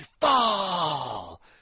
fall